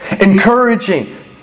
encouraging